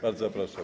Bardzo proszę.